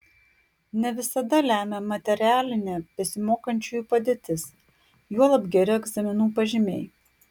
ne visada lemia materialinė besimokančiųjų padėtis juolab geri egzaminų pažymiai